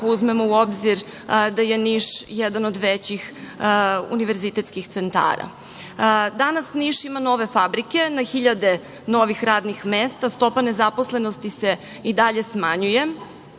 uzmemo u obzir da je Niš jedan od većih univerzitetskih centara. Danas Niš ima nove fabrike, na hiljade novih radnih mesta. Stopa nezaposlenosti se i dalje smanjuje.